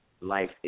life